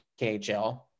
khl